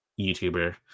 YouTuber